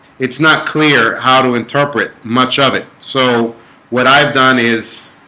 it's not clear how to interpret much of it so what i've done is